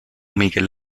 miguel